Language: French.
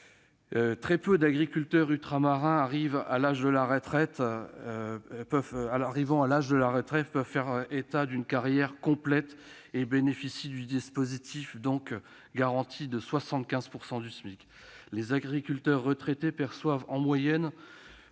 Très peu d'agriculteurs ultramarins arrivant à l'âge de la retraite peuvent faire état d'une carrière complète et bénéficier du dispositif de garantie de 75 % du SMIC. Les agriculteurs ultramarins retraités perçoivent en moyenne